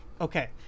okay